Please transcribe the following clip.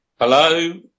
Hello